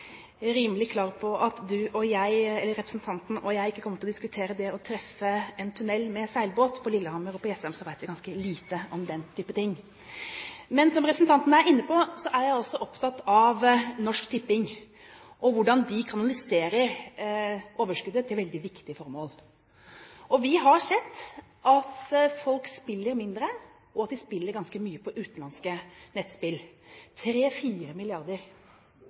rimelig klart at representanten og jeg ikke kommer til å diskutere det å treffe en tunnel med båt. På Lillehammer og på Jessheim vet vi ganske lite om den type ting. Men som representanten er inne på, er jeg også opptatt av Norsk Tipping og hvordan de kanaliserer overskuddet til veldig viktige formål. Vi har sett at folk spiller mindre, og at de spiller ganske mye på utenlandske nettspill